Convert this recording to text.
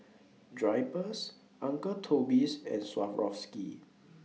Drypers Uncle Toby's and Swarovski